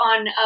on